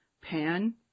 pan